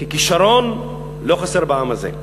כי כישרון לא חסר בעם הזה.